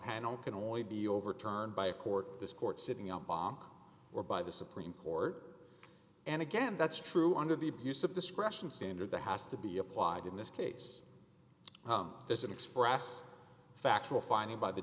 panel can only be overturned by a court this court sitting up bomb or by the supreme court and again that's true under the abuse of discretion standard the has to be applied in this case there's an express factual finding by the